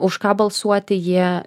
už ką balsuoti jie